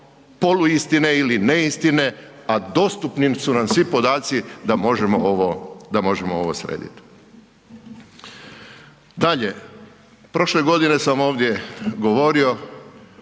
poluistine ili neistine a dostupni su nam svi podaci da možemo ovo srediti. Dalje, prošle godine sam ovdje govorio